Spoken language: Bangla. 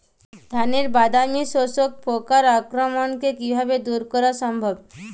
ধানের বাদামি শোষক পোকার আক্রমণকে কিভাবে দূরে করা সম্ভব?